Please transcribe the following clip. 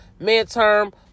midterm